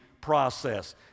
process